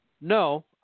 no